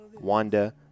Wanda